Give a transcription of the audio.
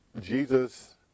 Jesus